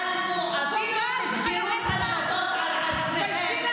ואם זה בהחלטות השלטון האמריקאי, ואת צריכה ללכת.